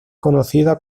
conocida